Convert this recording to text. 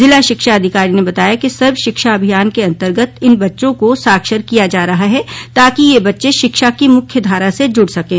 जिला शिक्षा अधिकारी ने बताया कि सर्व शिक्षा अभियान के अन्तर्गत इन बच्चों को साक्षर किया जा रहा है ताकि ये बच्चें शिक्षा की मुख्य धारा से जुड़ सकें